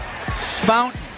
Fountain